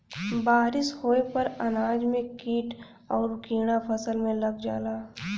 बारिस होये पर अनाज में कीट आउर कीड़ा फसल में लग जाला